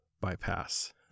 bypass